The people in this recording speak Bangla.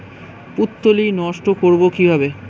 পুত্তলি নষ্ট করব কিভাবে?